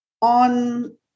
on